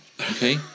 Okay